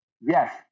Yes